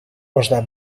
można